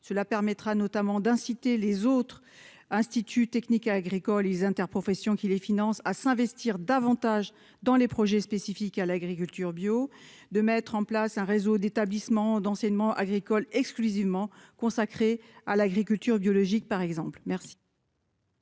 cela permettra notamment d'inciter les autres instituts techniques agricoles ils interprofession qui les financent, à s'investir davantage dans les projets spécifiques à l'agriculture bio, de mettre en place un réseau d'établissements d'enseignement agricole exclusivement consacré à l'agriculture biologique, par exemple, merci.